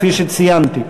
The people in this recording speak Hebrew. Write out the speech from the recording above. כפי שציינתי,